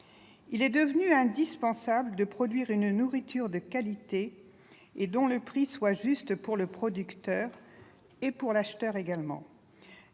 Il est devenu indispensable de produire une nourriture de qualité et dont le prix soit juste pour le producteur et l'acheteur. C'est